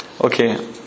Okay